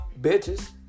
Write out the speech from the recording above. Bitches